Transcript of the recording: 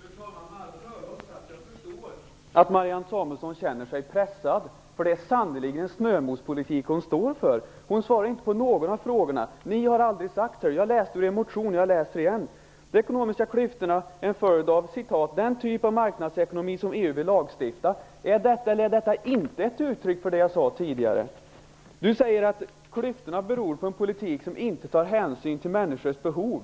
Fru talman! Med förlov sagt förstår jag att Marianne Samuelsson känner sig pressad. Det är sannerligen en snömospolitik hon står för. Hon svarar inte på någon av frågorna, och hon säger att Miljöpartiet aldrig har sagt så. Jag läste ur er motion, och jag läser igen: De ekonomiska klyftorna är en följd av den typ av marknadsekonomi som EU vill lagstifta om. Är det eller är det inte ett uttryck för det jag tidigare sade? Marianne Samuelsson säger att klyftorna beror på en politik som inte tar hänsyn till människors behov.